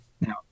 Now